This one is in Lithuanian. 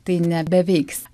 tai nebeveiks